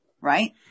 Right